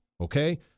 Okay